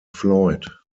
floyd